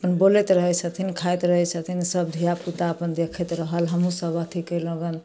बोलैत रहै छथिन खाइत रहै छथिन सब धिआपुता अपन देखैत रहल हमहूँ सब अथी केलहुॅं गन